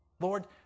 Lord